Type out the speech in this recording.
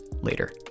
later